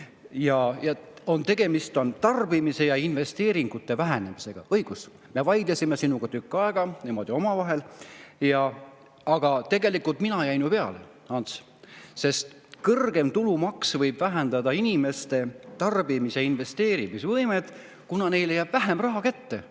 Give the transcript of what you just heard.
Ants! Tegemist on tarbimise ja investeeringute vähenemisega. Õigus. Me vaidlesime sinuga tükk aega, niimoodi omavahel, aga tegelikult mina jäin ju peale, Ants, sest kõrgem tulumaks võib vähendada inimeste tarbimis‑ ja investeerimisvõimet, kuna neile jääb vähem raha kätte.